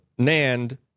NAND